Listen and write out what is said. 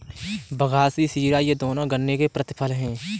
बगासी शीरा ये दोनों गन्ने के प्रतिफल हैं